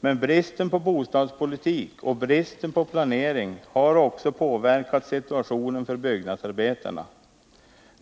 Men bristen på bostadspolitik och bristen på planering har också påverkat situationen för byggnadsarbetarna.